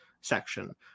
section